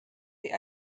die